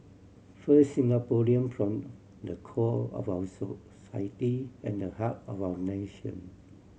first Singaporean form the core of our society and the heart of our nation